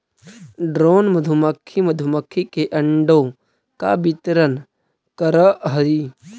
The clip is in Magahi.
ड्रोन मधुमक्खी मधुमक्खी के अंडों का वितरण करअ हई